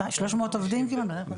300 עובדים כמעט?